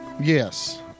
Yes